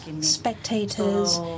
spectators